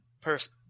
person